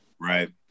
right